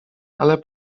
ale